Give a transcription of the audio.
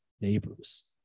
neighbors